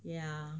yeah